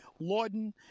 Lawden